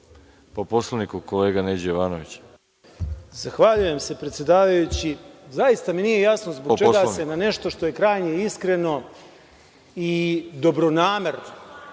Jovanović. **Neđo Jovanović** Zahvaljujem se, predsedavajući. Zaista mi nije jasno zbog čega se na nešto što je krajnje iskreno i dobronamerno,